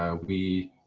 um we,